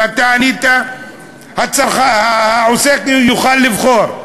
שאתה ענית עליה: העוסק יוכל לבחור.